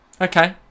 Okay